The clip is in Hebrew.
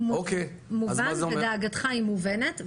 מובן, ודאגתך היא מובנת.